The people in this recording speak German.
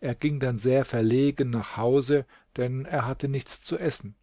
er ging dann sehr verlegen nach hause denn er hatte nichts zu essen